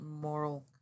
moral